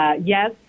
yes